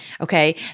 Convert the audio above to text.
okay